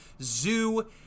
zoo